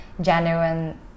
genuine